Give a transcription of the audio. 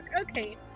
Okay